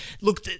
look